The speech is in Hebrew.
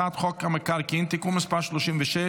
אני קובע כי הצעת חוק תיקון פקודת בתי הסוהר (מס' 64,